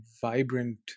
vibrant